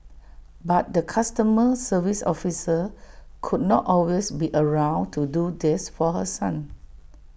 but the customer service officer could not always be around to do this for her son